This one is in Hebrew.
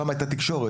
פעם הייתה תקשורת,